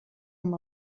amb